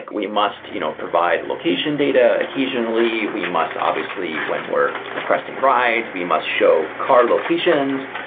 we must you know provide location data occasionally. we must obviously, when we're requesting rides, we must show car locations.